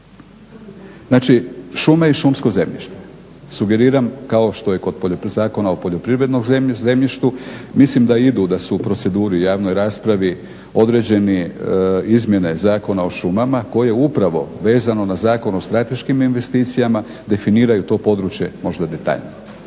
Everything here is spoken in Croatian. znači, šume i šumsko zemljište. Sugeriram, kao što je i kod Zakona o poljoprivrednom zemljištu, mislim da idu, da su u proceduri u javnoj raspravi određeni, izmjene Zakona o šumama koje upravo vezano na Zakon o strateškim investicijama, definiraju to područje možda detaljnije.